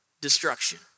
destruction